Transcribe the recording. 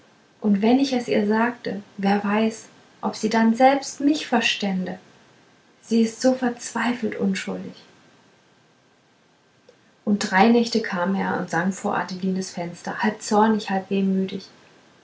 und wenn ich es ihr sagte wer weiß ob sie dann selbst mich verstände sie ist so verzweifelt unschuldig und drei nächte kam er und sang vor adelinens fenster halb zornig halb wehmütig